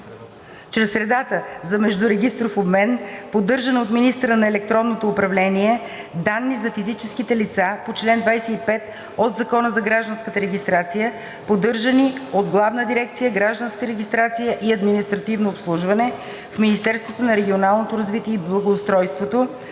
чрез средата за междурегистров обмен, поддържана от министъра на електронното управление, данни за физическите лица по чл. 25 от Закона за гражданската регистрация, поддържани от Главна дирекция „Гражданска регистрация и административно обслужване“ в Министерството на регионалното развитие и благоустройството,